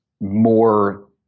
more